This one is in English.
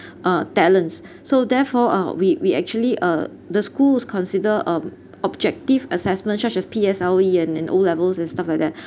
uh talents so therefore uh we we actually uh the schools consider um objective assessments such as P_S_L_E and and O levels and stuff like that